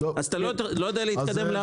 אז אתה לא יודע להתקדם.